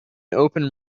open